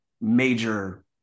major